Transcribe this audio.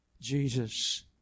jesus